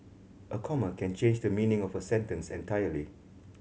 a comma can change the meaning of a sentence entirely